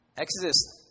Exodus